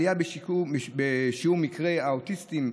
עלייה בשיעור מקרי האוטיזם,